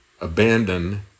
abandon